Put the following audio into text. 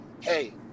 hey